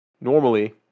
normally